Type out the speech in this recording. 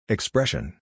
Expression